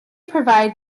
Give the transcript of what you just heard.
provide